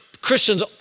Christians